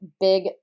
big